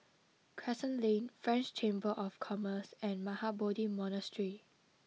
Crescent Lane French Chamber of Commerce and Mahabodhi Monastery